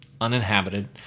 uninhabited